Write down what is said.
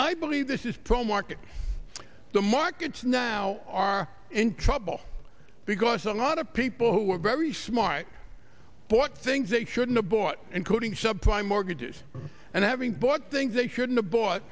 i believe this is pro market the markets now are in trouble because a lot of people who are very smart bought things they shouldn't have bought including sub prime mortgages and having bought things they shouldn't